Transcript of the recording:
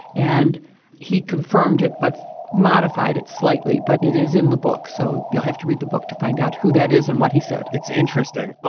and he confirmed it, but modified it slightly. but it is in the book. so you'll have to read the book to find out who that is and what he said it's interesting. ah